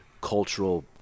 cultural